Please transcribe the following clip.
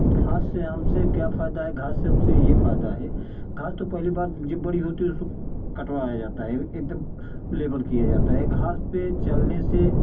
घास से हमसे क्या फ़ायदा है घास से हमसे यह फ़ायदा है घास तो पहली बार जो बड़ी होती है उसको कटवाया जाता है एकदम लेबल किया जाता है घास पर चलने से